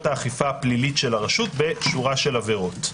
האכיפה הפלילית של הרשות בשורת עבירות.